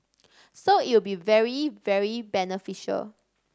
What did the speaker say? so it'll be very very beneficial